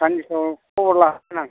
साननैसो उनाव खबर लागोन आं